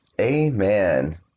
Amen